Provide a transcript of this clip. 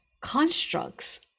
constructs